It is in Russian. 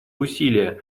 усилия